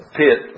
pit